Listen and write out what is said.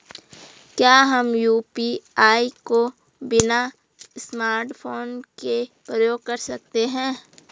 क्या हम यु.पी.आई को बिना स्मार्टफ़ोन के प्रयोग कर सकते हैं?